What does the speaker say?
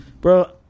bro